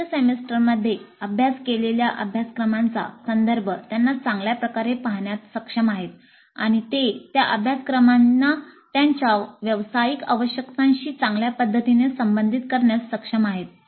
उच्च सेमिस्टरमध्ये अभ्यास केलेल्या अभ्यासक्रमांचा संदर्भ त्यांना चांगल्या प्रकारे पाहण्यात सक्षम आहेत आणि ते त्या अभ्यासक्रमांना त्यांच्या व्यावसायिक आवश्यकतांशी चांगल्या पद्धतीने संबंधित करण्यास सक्षम आहेत